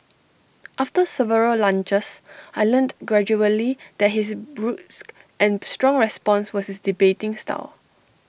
after several lunches I learnt gradually that his brusque and strong response was his debating style